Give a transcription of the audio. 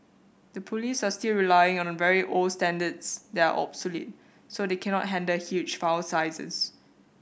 the police are still relying on very old standards that are obsolete so they cannot handle huge file sizes